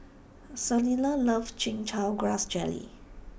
Selina loves Chin Chow Grass Jelly